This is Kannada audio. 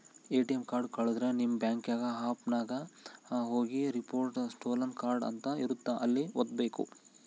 ಎ.ಟಿ.ಎಮ್ ಕಾರ್ಡ್ ಕಳುದ್ರೆ ನಿಮ್ ಬ್ಯಾಂಕಿಂಗ್ ಆಪ್ ನಾಗ ಹೋಗಿ ರಿಪೋರ್ಟ್ ಸ್ಟೋಲನ್ ಕಾರ್ಡ್ ಅಂತ ಇರುತ್ತ ಅಲ್ಲಿ ವತ್ತ್ಬೆಕು